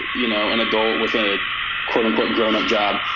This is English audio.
you know, an adult with a quote unquote, grown up job,